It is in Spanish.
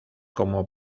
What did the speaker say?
como